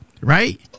right